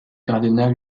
cardinal